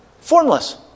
formless